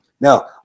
Now